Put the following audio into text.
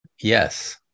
Yes